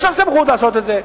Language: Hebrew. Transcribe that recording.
יש לה סמכות לעשות את זה.